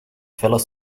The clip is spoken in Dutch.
felle